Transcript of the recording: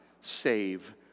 save